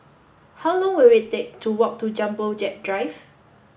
how long will it take to walk to Jumbo Jet Drive